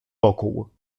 wokół